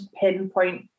pinpoint